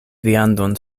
viandon